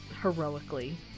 heroically